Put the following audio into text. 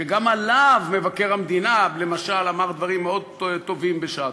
שגם עליו מבקר המדינה למשל אמר דברים מאוד "טובים" בשעתו.